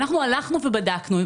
ואנחנו הלכנו ובדקנו.